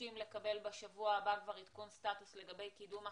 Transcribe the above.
מבקשים לקבל בשבוע הבא כבר עדכון סטטוס לגבי קידום החקיקה,